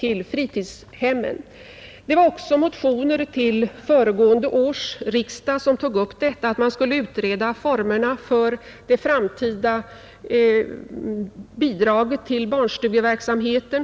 I motioner till föregående års riksdag föreslogs också att formerna för det framtida bidraget till barnstugeverksamheten skulle utredas.